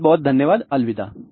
बहुत बहुत धन्यवाद अलविदा